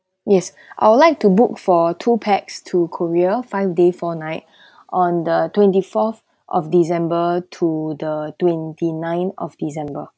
yes I would like to book for two pax to korea five day four night on the twenty fourth of december to the twenty nine of december